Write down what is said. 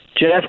Jeff